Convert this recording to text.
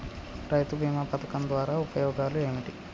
రైతు బీమా పథకం ద్వారా ఉపయోగాలు ఏమిటి?